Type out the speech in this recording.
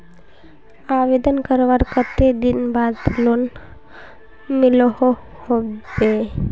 आवेदन करवार कते दिन बाद लोन मिलोहो होबे?